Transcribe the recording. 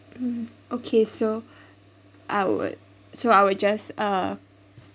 mm okay so I would so I'll just uh